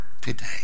today